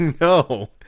no